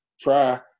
Try